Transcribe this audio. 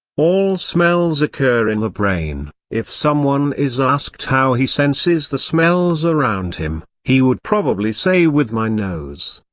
all smells occur in the brain if someone is asked how he senses the smells around him, he would probably say with my nose.